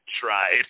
tried